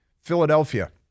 Philadelphia